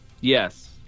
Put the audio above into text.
Yes